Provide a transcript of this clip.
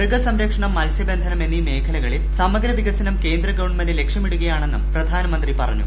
മൃഗസംരക്ഷണം മത്സ്യബന്ധനം എന്നീ മേഖലകളിൽ സമഗ്രവികസനം കേന്ദ്ര ഗവൺമെന്റ് ലക്ഷ്യമിടുകയാണെന്നും പ്രധാനമന്ത്രി പറഞ്ഞു